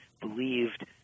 believed